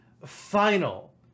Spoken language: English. final